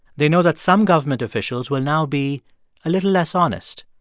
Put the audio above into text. they know that some government officials will now be a little less honest,